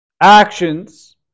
Actions